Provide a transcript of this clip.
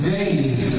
days